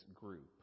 group